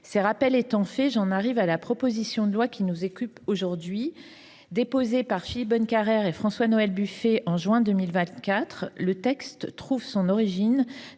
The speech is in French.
Ces rappels étant faits, j’en arrive à la proposition de loi qui nous occupe aujourd’hui. Déposé par Philippe Bonnecarrère et François Noël Buffet en juin 2024, le texte trouve son origine